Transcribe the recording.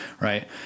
right